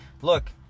look